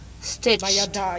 stitched